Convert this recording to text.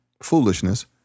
foolishness